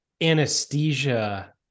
anesthesia